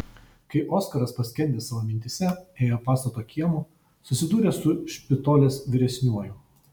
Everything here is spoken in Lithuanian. kai oskaras paskendęs savo mintyse ėjo pastato kiemu susidūrė su špitolės vyresniuoju